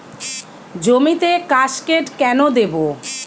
জমিতে কাসকেড কেন দেবো?